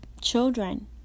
children